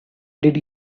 did